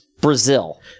Brazil